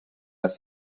las